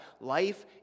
life